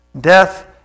Death